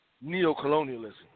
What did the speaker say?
neo-colonialism